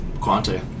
Quante